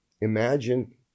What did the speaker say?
imagine